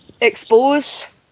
expose